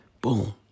Boom